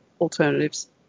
alternatives